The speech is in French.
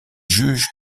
juge